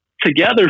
together